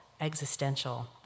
existential